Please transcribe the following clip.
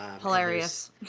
hilarious